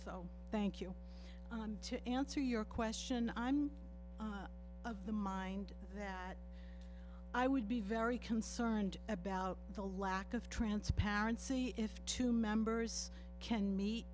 so thank you to answer your question i'm of the mind that i would be very concerned about the lack of transparency if two members can meet